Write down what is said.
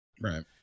Right